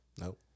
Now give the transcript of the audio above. Nope